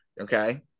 okay